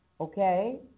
Okay